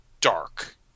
dark